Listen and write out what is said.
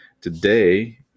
Today